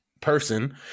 person